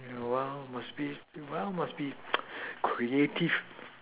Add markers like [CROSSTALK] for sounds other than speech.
you know well must well must be [NOISE] creative